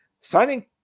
signing